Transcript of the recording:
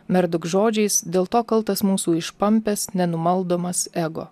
merdok žodžiais dėl to kaltas mūsų išpampęs nenumaldomas ego